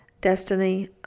Destiny